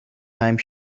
time